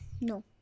No